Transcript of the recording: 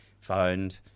phoned